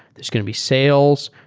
there's going to be sales.